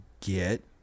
get